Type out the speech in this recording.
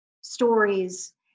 stories